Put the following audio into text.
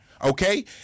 Okay